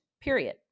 period